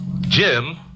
jim